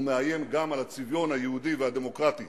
הוא מאיים גם על הצביון היהודי והדמוקרטי